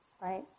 right